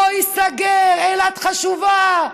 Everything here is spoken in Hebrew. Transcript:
לא ייסגר, אילת חשובה.